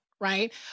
right